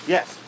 Yes